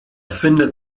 findet